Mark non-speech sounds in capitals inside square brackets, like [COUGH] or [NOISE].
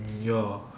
[NOISE] ya